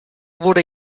wurde